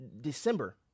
December